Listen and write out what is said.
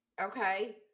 okay